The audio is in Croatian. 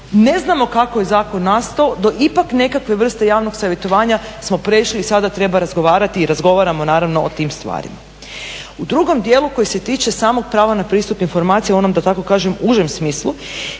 ne znamo kako je zakon nastao do ipak nekakve vrste javnog savjetovanja smo prešli i sada treba razgovarati i razgovaramo naravno o tim stvarima. U drugom dijelu koji se tiče samog prava na pristup informacijama u onom da tako kažem užem smislu